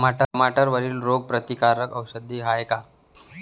टमाट्यावरील रोग प्रतीकारक औषध हाये का?